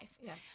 Yes